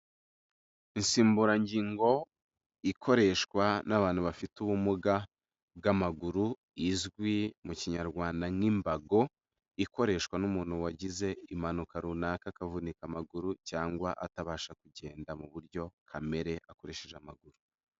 Insimburangingo ikoreshwa n'abantu bafite ubumuga bw'amaguru izwi mu kinyarwanda nk'imbago, ikoreshwa n'umuntu wagize impanuka runaka akavunika amaguru cyangwa atabasha kugenda mu buryo kamere akoresheje amaguru.